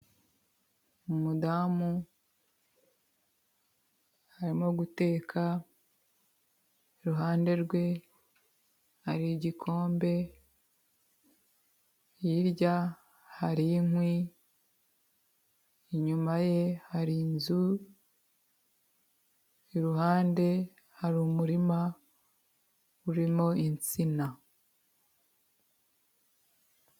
Umudamu arimo guteka, iruhande rwe hari igikombe, hirya hari inkwi, inyuma ye hari inzu, iruhande hari umurima urimo insina.